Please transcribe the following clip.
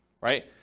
right